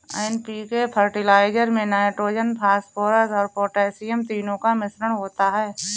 NPK fertiliser में nitrogen, phosphorus और potassium तीनों का मिश्रण होता है